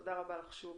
תודה רבה לך שוב.